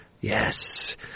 Yes